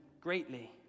greatly